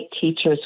teachers